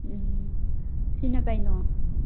ꯎꯝ ꯁꯤꯅ ꯀꯩꯅꯣ